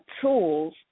tools